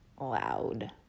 loud